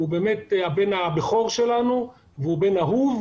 הוא באמת הבן הבכור שלנו והוא בת אהוב,